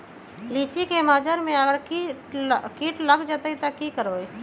लिचि क मजर म अगर किट लग जाई त की करब?